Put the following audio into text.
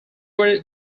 were